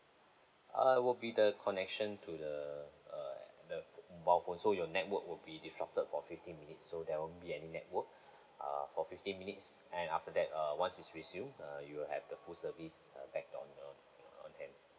err will be the connection to the uh the mobile phone so your network will be disrupted for fifteen minutes so there won't be any network uh for fifteen minutes and after that uh once is resumed uh you'll have the full service uh back on again